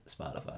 Spotify